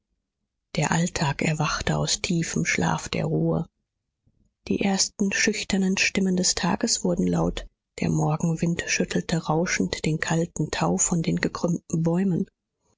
der alltag erwachte aus tiefem schlaf der ruhe die ersten schüchternen stimmen des tages wurden laut der morgenwind schüttelte rauschend den kalten tau von den gekrümmten bäumen